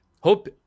hope